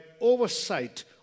oversight